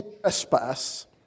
trespass